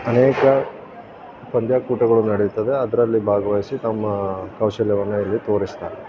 ಅನೇಕ ಪಂದ್ಯಾಕೂಟಗಳು ನಡೀತದೆ ಅದರಲ್ಲಿ ಭಾಗವಹಿಸಿ ತಮ್ಮ ಕೌಶಲ್ಯವನ್ನು ಇಲ್ಲಿ ತೋರಿಸ್ತಾರೆ